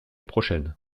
prochaine